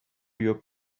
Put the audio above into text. your